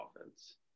offense